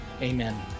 Amen